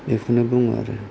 बेखौनो बुङो आरो